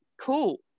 cool